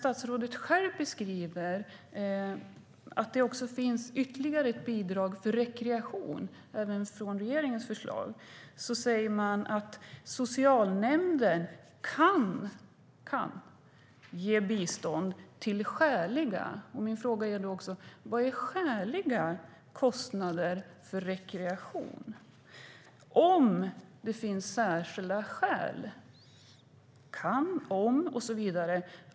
Statsrådet själv säger att det finns ytterligare ett bidrag för rekreation, ett förslag från regeringen. Där sägs att socialnämnden kan ge bistånd till skäliga kostnader för rekreation om det finns särskilda skäl. Min fråga är vad som är skäliga kostnader. Det talas om kan, om och så vidare.